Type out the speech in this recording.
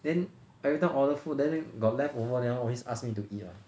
then everytime order food then got leftover then always ask me to eat one